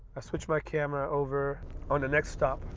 switch my camera over on the next stop,